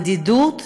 הבדידות,